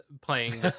playing